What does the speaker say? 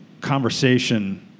conversation